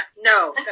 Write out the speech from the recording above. No